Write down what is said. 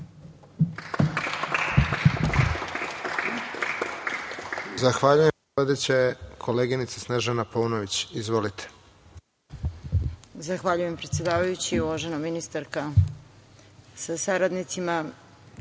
Zahvaljujem predsedavajući. Uvažena ministarka sa saradnicima,